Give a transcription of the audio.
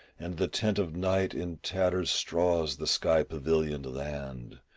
and the tent of night in tatters straws the sky-pavilioned land.